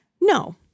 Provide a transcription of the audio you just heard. No